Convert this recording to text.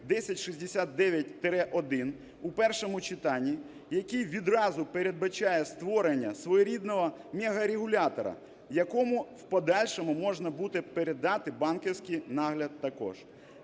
1069-1 у першому читанні, який відразу передбачає створення своєрідного мегарегулятора, якому в подальшому можна буде передати банківський нагляд також,